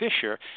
Fisher